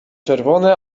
czerwone